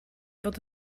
fod